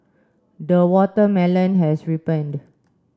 the watermelon has ripened